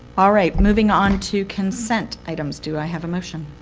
all right, moving on to consent items. do i have a motion?